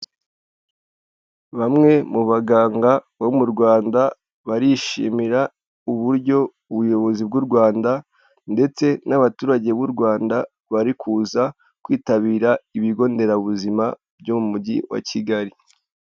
Bamwe mu baganga bo mu rwanda barishimira uburyo ubuyobozi bw'u rwanda ndetse n'abaturage b'u rwanda bari kuza kwitabira ibigo nderabuzima byo mu mujyi wa kigali.